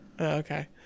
okay